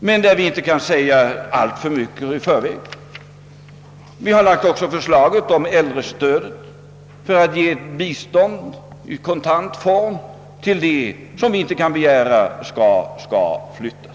men vi. kan naturligtvis inte säga alltför mycket i förväg. i Förslag har också framlagts om äldrestödet för att ge bistånd i kontant form åt dem som vi inte kan begära skall flytta.